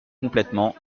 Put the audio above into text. complètement